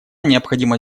необходимо